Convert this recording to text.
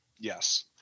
Yes